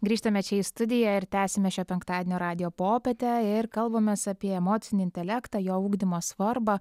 grįžtame čia į studiją ir tęsiame šią penktadienio radijo popietę ir kalbamės apie emocinį intelektą jo ugdymo svarbą